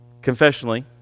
confessionally